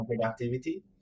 productivity